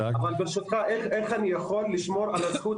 ברשותך, איך אני יכול לשמור על הזכות